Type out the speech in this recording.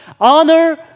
honor